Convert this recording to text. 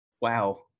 wow